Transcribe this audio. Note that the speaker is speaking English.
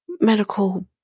medical